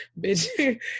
bitch